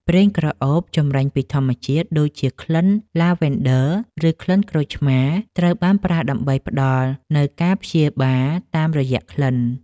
ប្រេងក្រអូបចម្រាញ់ពីធម្មជាតិ ដូចជាក្លិនឡាវ៉ាន់ឌឺ ឬក្លិនក្រូចឆ្មារ ត្រូវបានប្រើដើម្បីផ្តល់នូវការព្យាបាលតាមរយៈក្លិន។